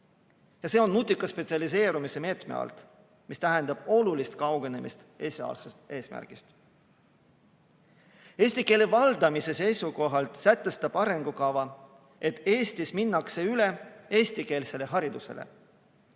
makstakse nutika spetsialiseerumise meetme raames, mis tähendab olulist kaugenemist esialgsest eesmärgist. Eesti keele valdamise seisukohalt sätestab arengukava, et Eestis minnakse üle eestikeelsele haridusele,